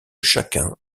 chacun